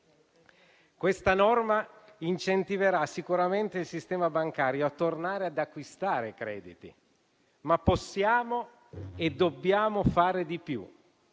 provvedimento incentiverà sicuramente il sistema bancario a tornare ad acquistare crediti, ma possiamo e dobbiamo fare di più.